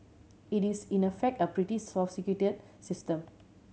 it is in a fact a pretty sophisticated system